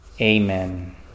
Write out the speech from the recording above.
Amen